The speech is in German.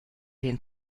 den